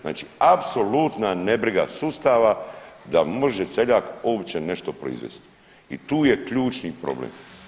Znači apsolutna nebriga sustava da može seljak uopće nešto proizvesti i tu je ključni problem.